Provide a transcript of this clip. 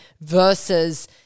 Versus